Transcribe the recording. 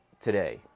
today